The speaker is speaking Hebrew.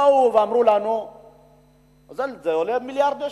באו ואמרו לנו שזה עולה מיליארדי שקלים.